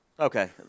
Okay